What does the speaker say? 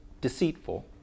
deceitful